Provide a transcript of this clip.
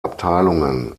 abteilungen